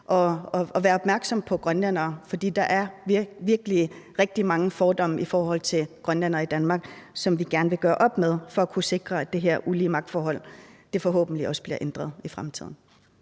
og være opmærksom på grønlændere. For der er virkelig rigtig mange fordomme i forhold til grønlændere i Danmark, som vi gerne vil gøre op med for at kunne sikre, at det her ulige magtforhold forhåbentlig også bliver ændret i fremtiden.